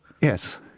Yes